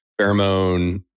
pheromone